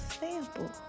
sample